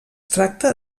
tracta